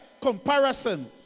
comparison